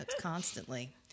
constantly